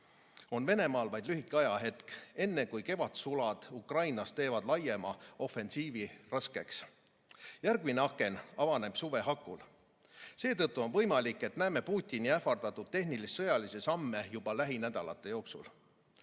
on Venemaal vaid lühike ajahetk, enne kui kevadsulad Ukrainas teevad laiema ofensiivi raskeks. Järgmine aken avaneb suve hakul. Seetõttu on võimalik, et näeme Putini ähvardatud tehnilis-sõjalisi samme juba lähinädalate jooksul.